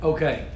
Okay